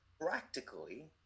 practically